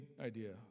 idea